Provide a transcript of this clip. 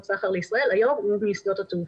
סחר לישראל היום היא משדות התעופה.